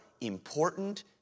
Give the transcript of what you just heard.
important